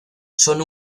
son